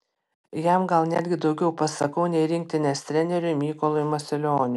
jam gal netgi daugiau pasakau nei rinktinės treneriui mykolui masilioniui